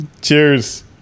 Cheers